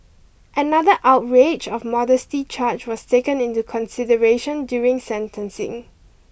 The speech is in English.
another outrage of modesty charge was taken into consideration during sentencing